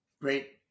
Great